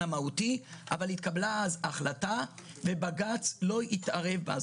המהותי אבל התקבלה אז החלטה ובג"ץ לא התערב בה.